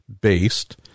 based